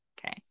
okay